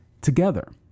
together